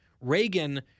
Reagan